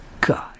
God